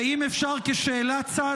ואם אפשר כשאלת צד,